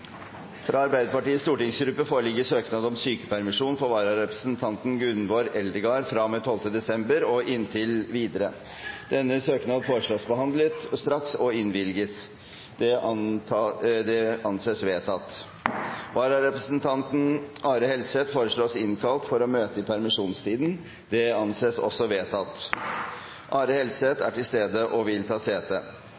Fra Arbeiderpartiets stortingsgruppe foreligger søknad om sykepermisjon for representanten Gunvor Eldegard fra og med 12. desember og inntil videre. Etter forslag fra presidenten ble enstemmig besluttet: Søknaden behandles straks og innvilges. Vararepresentant Are Helseth innkalles for å møte i permisjonstiden. Are Helseth